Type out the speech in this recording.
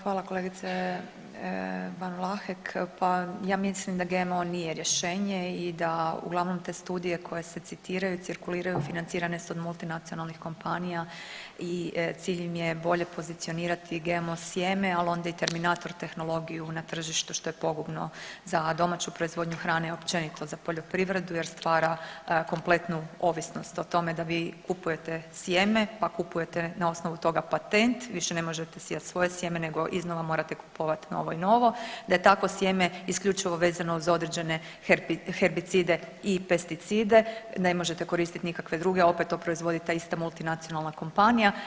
Hvala kolegice Ban Vlahek, pa ja mislim da GMO nije rješenje i da uglavnom te studije koje se citiraju cirkuliraju financirane su od multinacionalnih kompanija i cilj im je bolje pozicionirati GMO sjeme, ali onda i terminator tehnologiju na tržištu što je pogubno za domaću proizvodnju hrane i općenito za poljoprivredu jer stvara kompletnu ovisnost o tome da vi kupujete sjeme, pa kupujete na osnovu toga patent više ne možete sijat svoje sjeme nego iznova morate kupovat novo i novo, da je takvo sjeme isključivo vezano uz određene herbicide i pesticide, ne možete koristiti nikakve druge opet to proizvodi ta ista multinacionalna kompanija.